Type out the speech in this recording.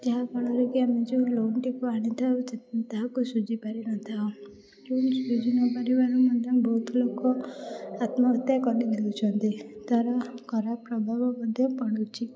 ଯାହାଫଳରେକି ଆମେ ଯେଉଁ ଲୋନ୍ଟିକୁ ଆଣିଥାଉ ତାହାକୁ ସୁଝି ପାରିନଥାଉ ଲୋନ୍ ସୁଝି ନପାରିବାରୁ ମଧ୍ୟ ବହୁତ ଲୋକ ଆତ୍ମହତ୍ୟା କରିଦେଉଛନ୍ତି ତା'ର ଖରାପ ପ୍ରଭାବ ମଧ୍ୟ ପଡ଼ୁଛି